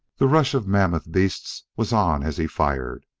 the rush of mammoth beasts was on as he fired,